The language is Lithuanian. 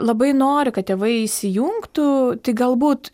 labai nori kad tėvai įsijungtų tik galbūt